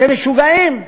אתם משוגעים.